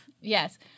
Yes